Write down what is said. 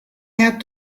had